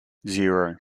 zero